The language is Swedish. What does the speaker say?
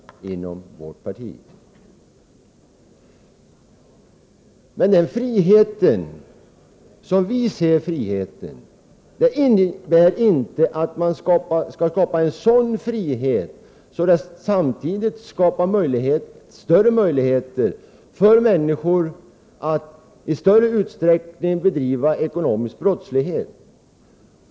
Vi anser emellertid inte att man skall skapa en frihet som ger människor möjlighet att i större utsträckning bedriva ekonomisk brottslighet.